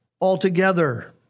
altogether